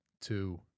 two